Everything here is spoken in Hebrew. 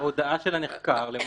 הודאה של הנחקר למשל.